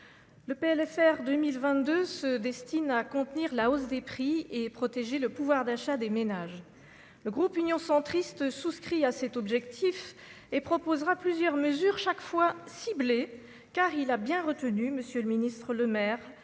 Le PLFR 2022 se destine à contenir la hausse des prix et protéger le pouvoir d'achat des ménages, le groupe Union centriste souscrit à cet objectif et proposera plusieurs mesures chaque fois ciblée car il a bien retenu, Monsieur le Ministre, Lemaire